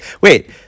Wait